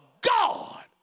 God